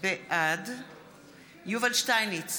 בעד יובל שטייניץ,